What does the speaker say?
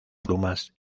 plumas